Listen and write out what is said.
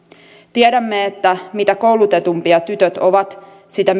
tiedämme että mitä koulutetumpia tytöt ovat sitä